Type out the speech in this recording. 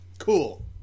Cool